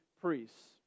priests